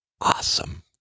awesome